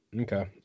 Okay